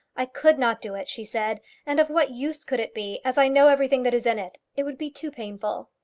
i could not do it, she said and of what use could it be, as i know everything that is in it? it would be too painful.